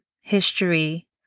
history